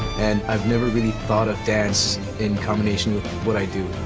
and i've never really thought of dance in combination with what i do.